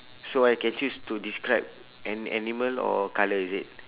so I can choose to describe an animal or colour is it